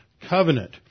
covenant